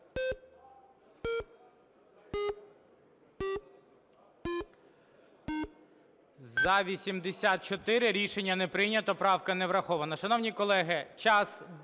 За-84 Рішення не прийнято. Правка не врахована.